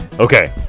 Okay